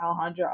Alejandra